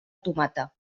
tomata